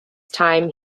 time